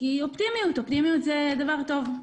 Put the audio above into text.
היינו אופטימיים כי אופטימיות זה דבר טוב.